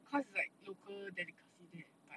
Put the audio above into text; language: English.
cause like local delicacy there but